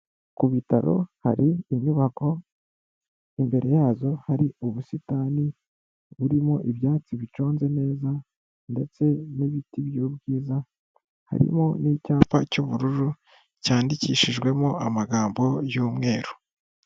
Ku bitaro hari inyubako, imbere yazo hari ubusitani burimo ibyatsi biconze neza ndetse n'ibiti by'ubwiza, harimo n'icyapa cy'ubururu cyandikishijwemo amagambo y'umweru.